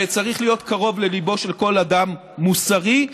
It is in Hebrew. וצריך להיות קרוב לליבו של כל אדם מוסרי.